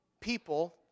people